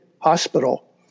hospital